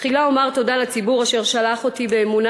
תחילה אומר תודה לציבור אשר שלח אותי באמונה